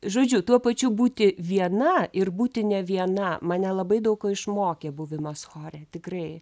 žodžiu tuo pačiu būti viena ir būti ne viena mane labai daug ko išmokė buvimas chore tikrai